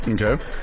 Okay